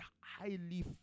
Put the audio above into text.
highly